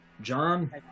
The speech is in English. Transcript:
John